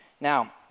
Now